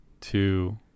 two